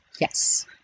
Yes